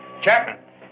Chapman